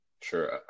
sure